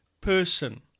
person